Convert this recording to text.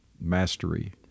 mastery